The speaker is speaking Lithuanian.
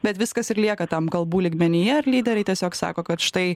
bet viskas ir lieka tam kalbų lygmenyje ir lyderiai tiesiog sako kad štai